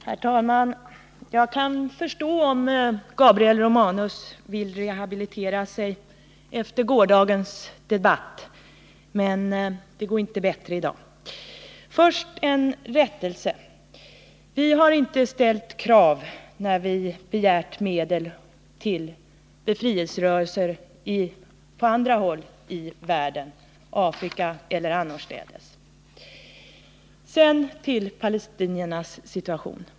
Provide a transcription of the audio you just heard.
Herr talman! Jag kan förstå om Gabriel Romanus vill rehabilitera sig efter gårdagens debatt. Men det går inte bättre i dag. Först en rättelse. Vi har inte ställt krav när vi begärt medel till befrielserörelser på andra håll i världen, i Afrika eller annorstädes. Sedan till palestiniernas situation.